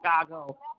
Chicago